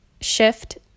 shift